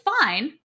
fine